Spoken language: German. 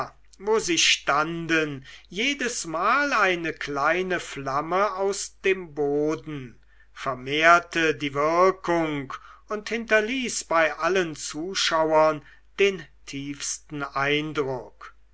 wo sie standen jedesmal eine kleine flamme aus dem boden vermehrte die wirkung und hinterließ bei allen zuschauern den tiefsten eindruck